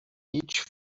each